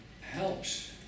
helps